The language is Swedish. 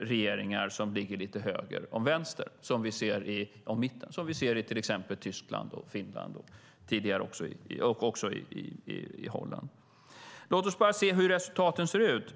regeringar som ligger lite höger om mitten, som vi ser i till exempel Tyskland, Finland och Holland. Låt oss bara se hur resultaten ser ut.